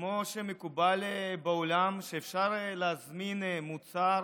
כמו שמקובל בעולם, אפשר יהיה להזמין מוצר